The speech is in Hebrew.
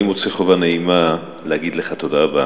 אני מוצא חובה נעימה להגיד לך תודה רבה.